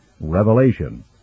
Revelation